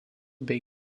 bei